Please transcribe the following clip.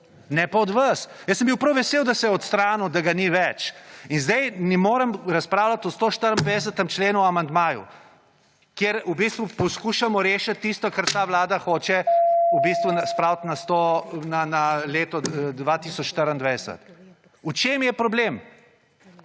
Ne pa od vas. Jaz sem bil prav vesel, da se je odstranil, da ga ni več. In sedaj ne morem razpravljati o 154. členu in o amandmaju, kjer v bistvu poskušamo rešiti tisto kar ta vlada hoče v bistvu spraviti na leto 2024. V čem je problem?